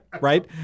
Right